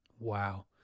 Wow